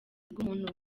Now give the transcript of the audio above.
bw’umuntu